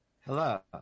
Hello